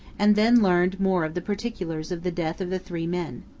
and then learned more of the particulars of the death of the three men.